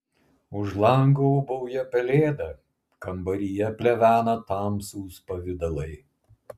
už lango ūbauja pelėda kambaryje plevena tamsūs pavidalai